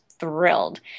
thrilled